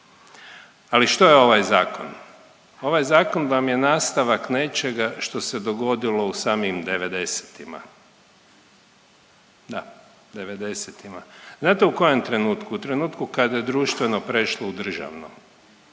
Ali, što je ovaj Zakon? Ovaj Zakon vam je nastavak nečega što se dogodilo u samim 90-ima. Da. 90-ima. Znate u kojem trenutku? U trenutku kada je društveno prešlo u državno